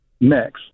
next